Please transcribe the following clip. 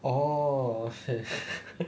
orh okay